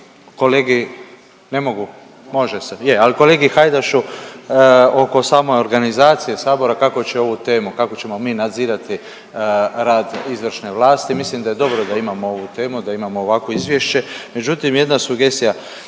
kolegi, ne mogu? Može se. Je, ali kolegi Hajdašu oko same organizacije Sabora, kako će ovu temu, kako ćemo mi nadzirati rad izvršne vlasti, mislim da je dobro da imamo ovu temu, da imamo ovakvo izvješće, međutim, jedna sugestija.